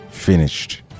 finished